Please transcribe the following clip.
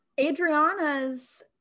Adriana's